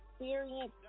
Experience